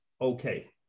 okay